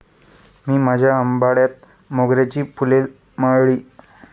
मी माझ्या आंबाड्यात मोगऱ्याची फुले माळली